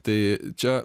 tai čia